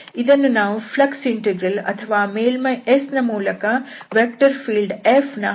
ಇದನ್ನು ನಾವು flux integral ಅಥವಾ ಮೇಲ್ಮೈ S ನ ಮೂಲಕ ವೆಕ್ಟರ್ ಫೀಲ್ಡ್ F ನ ಹರಿಯುವಿಕೆ ಎನ್ನುತ್ತೇವೆ